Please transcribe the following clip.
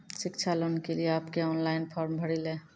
शिक्षा लोन के लिए आप के ऑनलाइन फॉर्म भरी ले?